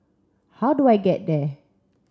how do I get there